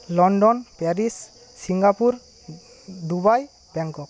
London Paris Singapore Dubai Bangkok